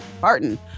Barton